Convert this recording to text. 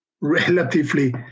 relatively